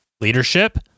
leadership